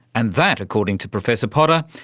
and that, according to professor potter,